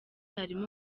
harimo